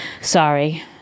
Sorry